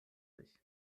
sich